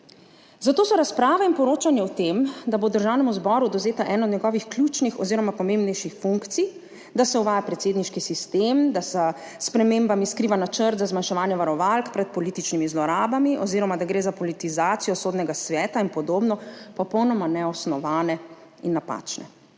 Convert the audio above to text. Zato so razprave in poročanje o tem, da bo Državnemu zboru odvzeta ena od njegovih ključnih oziroma pomembnejših funkcij, da se uvaja predsedniški sistem, da se s spremembami skriva načrt za zmanjševanje varovalk pred političnimi zlorabami oziroma da gre za politizacijo sodnega sveta in podobno, popolnoma neosnovane in napačne.